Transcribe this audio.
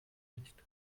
nicht